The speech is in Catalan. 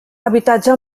habitatge